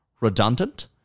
redundant